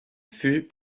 fut